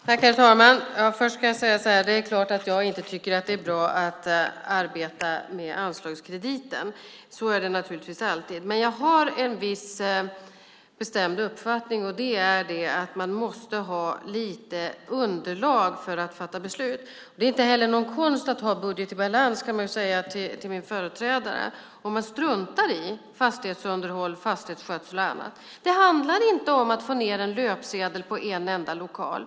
Herr talman! Det är klart att jag inte tycker att det är bra att arbeta med anslagskrediten. Så är det naturligtvis alltid. Men jag har en viss bestämd uppfattning, och det är att man måste ha lite underlag för att fatta beslut. Det är inte heller någon konst att ha budget i balans, kan jag säga till min företrädare, om man struntar i fastighetsunderhåll, fastighetsskötsel och annat. Det handlar inte om att få ned en löpsedel på en enda lokal.